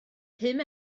pum